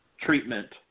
treatment